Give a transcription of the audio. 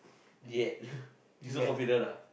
yet you so confident ah